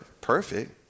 perfect